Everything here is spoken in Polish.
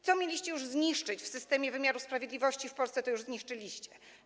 Co mieliście zniszczyć w systemie wymiaru sprawiedliwości w Polsce, to już zniszczyliście.